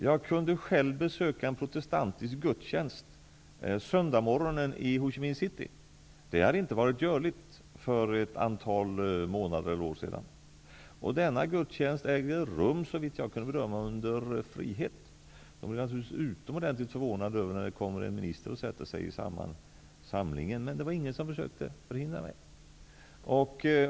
Jag kunde själv besöka en protestantisk gudstjänst på söndagsmorgonen i Ho Chi Minh City. Det hade inte varit görligt för ett antal månader eller år sedan. Denna gudstjänst ägde rum under frihet, såvitt jag kunde bedöma. De blev naturligtvis utomordentligt förvånade när det kom en minister och satte sig i församlingen, men det var ingen som försökte hindra mig.